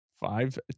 five